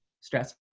stress